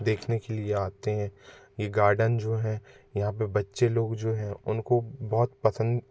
देखने के लिए आते हैं ये गार्डन जो है यहाँ पे बच्चे लोग जो हैं उनको बहुत पसंद